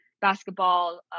basketball